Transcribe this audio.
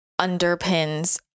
underpins